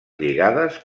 lligades